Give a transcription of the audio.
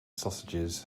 sausages